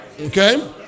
Okay